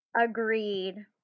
Agreed